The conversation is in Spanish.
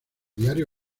diario